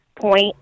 point